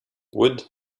would